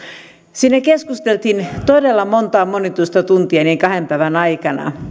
siinä keskusteltiin todella monta monituista tuntia niiden kahden päivän aikana